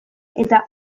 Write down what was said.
eta